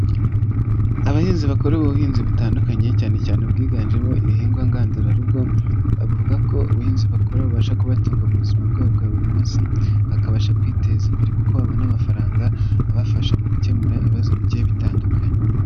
Abahinzi bakora ubuhinzi butandukanye cyane cyane ubwiganjemo ibihingwa ngandurarugo, bavuga ko ubuhinzi bakora bubasha kubatunga mu buzima bwabo bwa buri munsi, bakabasha kwiteza imbere kuko babona amafaranga abafasha mu gukemura ibibazo bigiye bitandukanye.